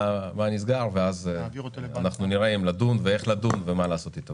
נסגר ואנחנו נראה אם לדון ואיך לדון ומה לעשות איתו,